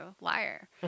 Liar